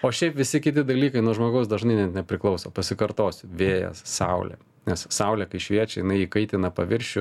o šiaip visi kiti dalykai nuo žmogaus dažnai net nepriklauso pasikartosiu vėjas saulė nes saulė kai šviečia jinai įkaitina paviršių